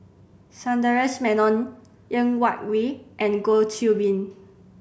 Sundaresh Menon Ng Yak Whee and Goh Qiu Bin